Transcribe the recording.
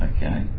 Okay